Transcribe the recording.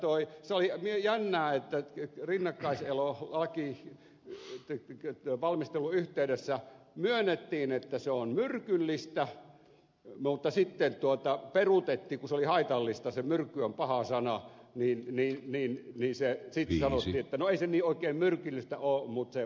se oli jännää että rinnakkaiselolain valmistelun yhteydessä myönnettiin että se on myrkyllistä mutta sitten peruutettiin että se on haitallista se myrkky on paha sana sitten sanottiin että ei se niin oikein myrkyllistä ole mutta se maistuu peelle